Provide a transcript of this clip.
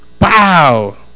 Wow